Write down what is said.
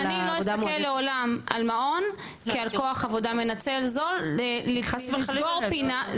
אני לא אסתכל לעולם על מעון כעל כוח עבודה מנצל זול לסגור פינה,